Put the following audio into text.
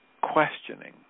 questioning